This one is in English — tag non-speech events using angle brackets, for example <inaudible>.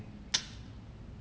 <noise>